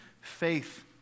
faith